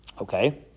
Okay